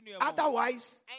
Otherwise